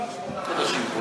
שמונה חודשים פה,